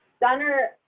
Donner